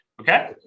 Okay